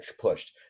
pushed